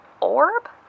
orb